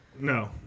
No